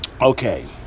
Okay